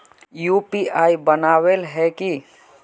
UPI बनावेल पर है की?